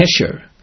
Kesher